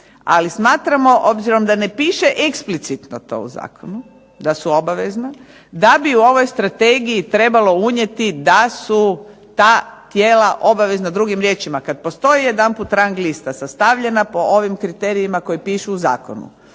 Ali smatramo obzirom da ne piše eksplicitno to u zakonu da su obavezna, da bi u ovoj Strategiji trebalo unijeti da su ta tijela obavezna. Drugim riječima, kad postoji jedanput rang lista sastavljena po ovim kriterijima koji pišu u zakonu,